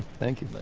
thank you